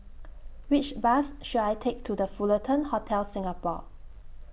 Which Bus should I Take to The Fullerton Hotel Singapore